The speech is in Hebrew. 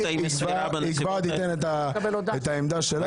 היא כבר תיתן את העמדה שלה.